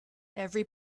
every